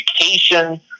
education